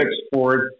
export